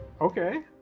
Okay